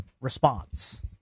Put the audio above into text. response